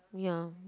ya